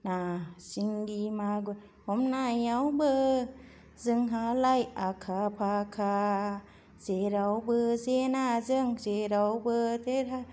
ना सिंगि मागुर हमनायावबो जोंहालाय आखा फाखा जेरावबो जेना जों जेरावबो जेना